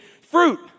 fruit